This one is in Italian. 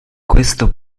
questo